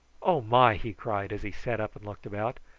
oh my! he cried, as he sat up and looked about.